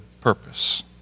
purpose